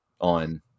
on